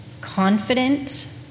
Confident